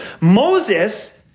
Moses